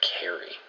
carry